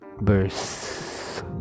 verse